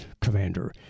commander